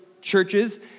churches